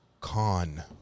con—